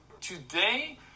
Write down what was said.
today